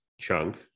chunk